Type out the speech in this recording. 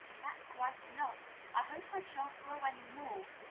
that's quite enough i hope i sha'n't grow any more.